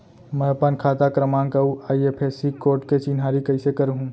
मैं अपन खाता क्रमाँक अऊ आई.एफ.एस.सी कोड के चिन्हारी कइसे करहूँ?